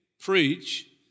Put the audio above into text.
Preach